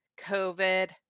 COVID